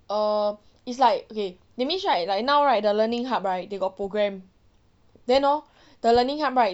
err it's like okay that means right like now right the learning hub right they got program then hor the learning hub right